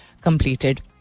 completed